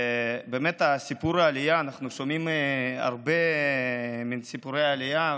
אנחנו שומעים הרבה סיפורי עלייה,